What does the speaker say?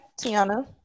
Tiana